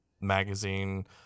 magazine